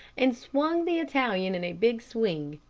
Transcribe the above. and swung the italian in a big swing,